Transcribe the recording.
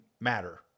matter